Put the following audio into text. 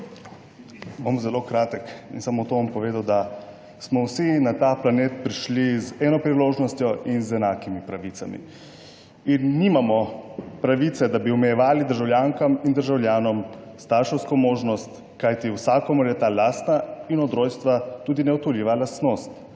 Bom zelo kratek in samo to bom povedal, da smo vsi prišli na ta planet z eno priložnostjo in z enakimi pravicami in nimamo pravice, da bi državljankam in državljanom omejevali starševsko možnost, kajti vsakomur je ta lastna in od rojstva tudi neodtujljiva lastnost.